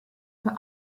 für